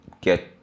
get